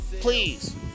please